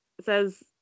says